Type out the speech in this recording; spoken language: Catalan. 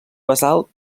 basalt